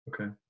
Okay